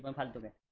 um huddle day with